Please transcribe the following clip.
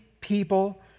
people